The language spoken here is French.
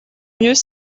mieux